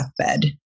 deathbed